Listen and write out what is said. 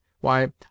Why